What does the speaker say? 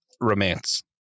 romance